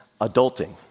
adulting